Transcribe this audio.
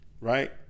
right